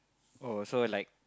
oh so like